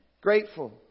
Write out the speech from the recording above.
grateful